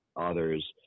others